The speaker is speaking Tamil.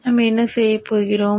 நாம் என்ன செய்ய போகிறோம்